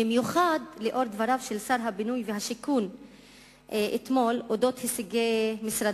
בייחוד לנוכח דבריו של שר הבינוי והשיכון אתמול על הישגי משרדו.